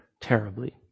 terribly